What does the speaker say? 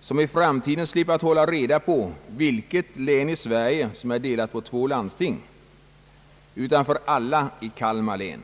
som i framtiden slipper hålla reda på vilket län i Sverige som är delat på två landsting — utan för alla i Kalmar län.